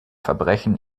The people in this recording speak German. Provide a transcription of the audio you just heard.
verbrechen